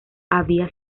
había